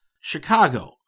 Chicago